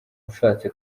ushatse